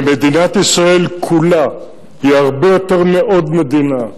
ומדינת ישראל כולה היא הרבה יותר מעוד מדינה,